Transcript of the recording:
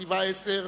חטיבה 10,